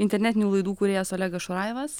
internetinių laidų kūrėjas olegas šurajevas